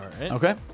Okay